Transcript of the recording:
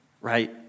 right